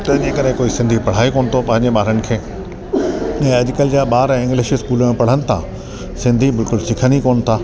तंहिंजे करे कोई सिंधी पढ़ाए कोन्ह थो ॿारनि खे ऐं अॼुकल्ह जा ॿार इंग्लिश स्कूल में पढ़नि था सिंधी बिल्कुल सिखनि ई कोन्ह था